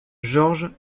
george